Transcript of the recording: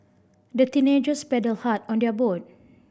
the teenagers paddled hard on their boat